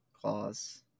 Clause